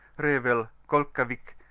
revel, kolkawick,